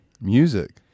Music